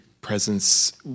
presence